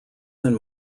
than